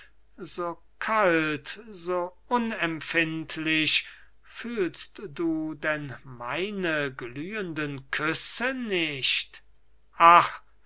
so kalt so unempfindlich fühlst du denn meine glühenden küsse nicht ach